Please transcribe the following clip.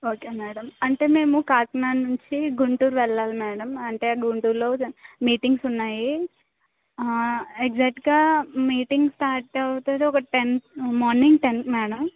okay madam అంటే మేము కాకినాడ నుంచి గుంటూరు వెళ్ళాలి మేడం అంటే గుంటూరులో మీటింగ్స్ ఉన్నాయి ఎగ్జాట్గా మీటింగ్ స్టార్ట్ అవుతుంది ఒక టెన్ మార్నింగ్ టెన్కి మేడం